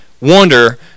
wonder